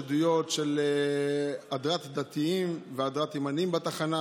של עדויות של הדרת דתיים והדרת ימנים בתחנה,